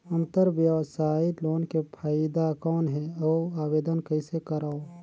अंतरव्यवसायी लोन के फाइदा कौन हे? अउ आवेदन कइसे करव?